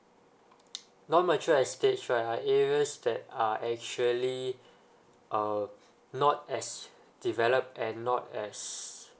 non mature estate right areas that are actually uh not as developed and not as